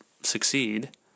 succeed